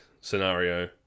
scenario